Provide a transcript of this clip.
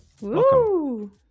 Welcome